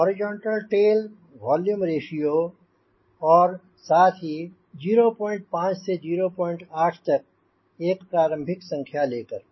horizontal tail volume ratio और साथ ही 05 से 08 तक एक प्रारंभिक संख्या लेकर